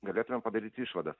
galėtumėm padaryti išvadas